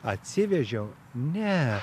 atsivežiau ne